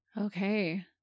Okay